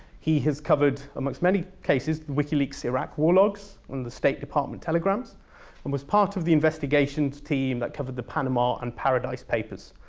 he has covered, amongst many cases, wikileaks iraq war logs on the state department telegrams and was part of the investigation team that covered the panama and paradise papers.